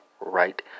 right